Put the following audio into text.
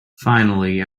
finally